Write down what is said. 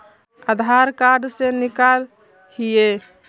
आधार card से निकाल हिऐ?